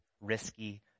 risky